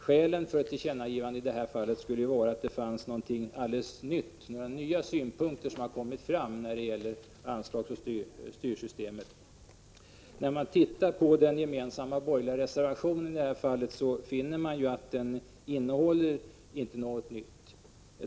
Skälen för ett tillkännagivande i detta fall skulle vara att det hade kommit fram några nya synpunkter på styroch anslagssystemet. När man studerar den gemensamma borgerliga reservationen på denna punkt finner man att den inte innehåller något nytt.